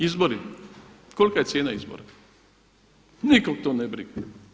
Izbori, kolika je cijena izbora? nikog to ne briga.